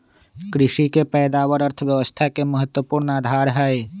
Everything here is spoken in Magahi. कृषि के पैदावार अर्थव्यवस्था के महत्वपूर्ण आधार हई